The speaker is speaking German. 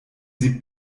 sie